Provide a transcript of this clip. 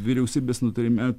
vyriausybės nutarime